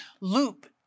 loop